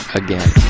again